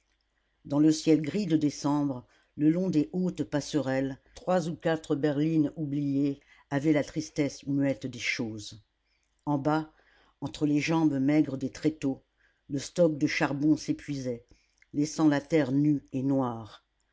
dans le ciel gris de décembre le long des hautes passerelles trois ou quatre berlines oubliées avaient la tristesse muette des choses en bas entre les jambes maigres des tréteaux le stock de charbon s'épuisait laissant la terre nue et noire